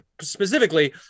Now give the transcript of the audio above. specifically